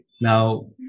now